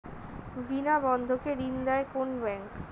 বিনা বন্ধকে ঋণ দেয় কোন ব্যাংক?